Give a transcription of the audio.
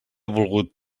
volgut